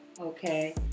Okay